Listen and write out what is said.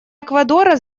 эквадора